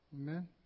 Amen